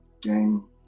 game